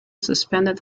suspended